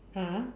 ah